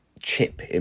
chip